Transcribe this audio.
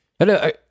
Hello